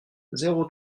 zéro